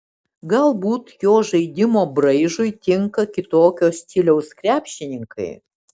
galbūt jo žaidimo braižui tinka kitokio stiliaus krepšininkai